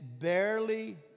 barely